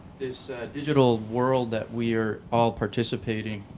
this digital world that we're all participating.